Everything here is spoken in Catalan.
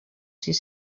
sis